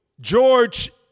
George